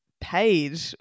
paid